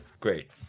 great